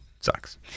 sucks